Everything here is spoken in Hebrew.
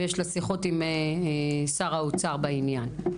ויש לה שיחות עם שר האוצר בעניין.